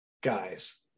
guys